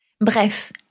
Bref